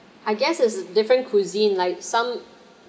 I guess it's different cuisine like some